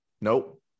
nope